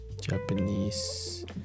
Japanese